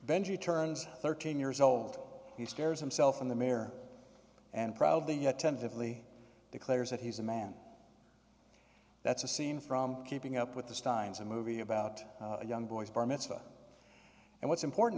benji turns thirteen years old he stares himself in the mirror and proudly yet tentatively declares that he's a man that's a scene from keeping up with the steins a movie about a young boy's bar mitzvah and what's important